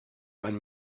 lend